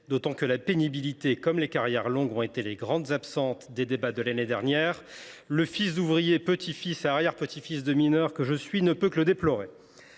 d’autant que la pénibilité a été, comme les carrières longues, la grande absente des débats l’année dernière ; le fils d’ouvrier, petit fils et arrière petit fils de mineur que je suis ne peut que le déplorer